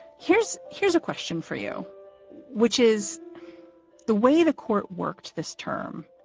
here's here's a question for you which is the way the court worked this term.